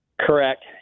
Correct